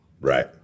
Right